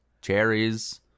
cherries